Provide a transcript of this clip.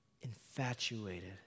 infatuated